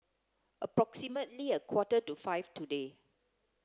approximately a quarter to five today